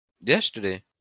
yesterday